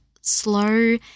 slow